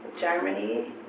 Germany